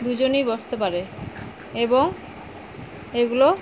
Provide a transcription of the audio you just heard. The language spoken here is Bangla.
দুজনই বসতে পারে এবং এগুলো